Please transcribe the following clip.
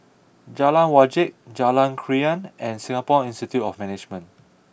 Jalan Wajek Jalan Krian and Singapore Institute of Management